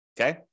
Okay